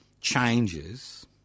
changes